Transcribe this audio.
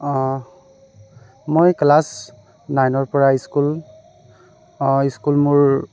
মই ক্লাছ নাইনৰ পৰা স্কুল স্কুল মোৰ